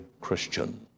Christian